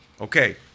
Okay